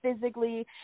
physically